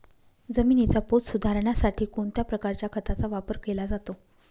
जमिनीचा पोत सुधारण्यासाठी कोणत्या प्रकारच्या खताचा वापर केला जातो?